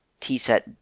tset